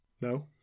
No